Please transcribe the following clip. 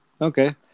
okay